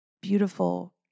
beautiful